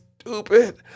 stupid